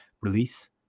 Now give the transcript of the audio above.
release